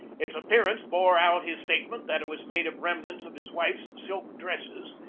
its appearance bore out his statement that it was made of remnants of his wife's silk dresses,